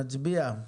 נצביע.